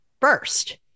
first